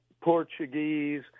Portuguese